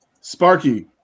Sparky